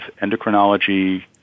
endocrinology